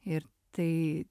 ir tai